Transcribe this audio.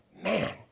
Man